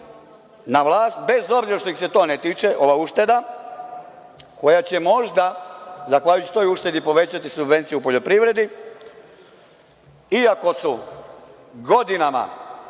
na vlast, bez obzira što ih se to ne tiče, ova ušteda, koja će možda zahvaljujući toj uštedi povećati subvenciju u poljoprivredi i ako su godinama